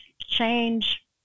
change